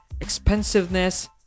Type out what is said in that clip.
expensiveness